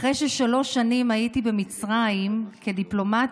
אחרי ששלוש שנים הייתי במצרים כדיפלומטית,